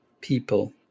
people